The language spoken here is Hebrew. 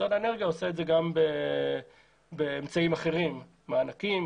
משרד האנרגיה עושה את זה גם באמצעים אחרים: מענקים,